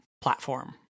platform